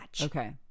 okay